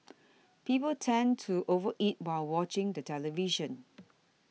people tend to over eat while watching the television